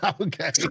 Okay